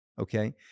okay